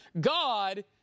God